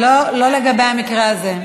לא לגבי המקרה הזה.